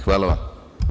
Hvala vam.